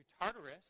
Tartarus